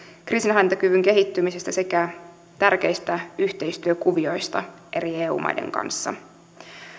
kriisinhallintakyvyn kehittymisestä sekä tärkeistä yhteistyökuvioista eri eu maiden kanssa